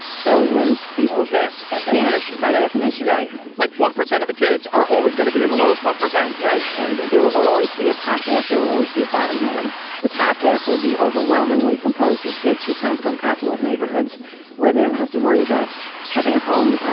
so when people can't buy tasch by definition, right, like one percent of the kids are always going to be in the lowest one percent. right. and there will always be a top half. there will always. the bottom have the top half will be overwhelmingly composed of so kids who come from affluent neighborhoods where they don't have to worry about having a home,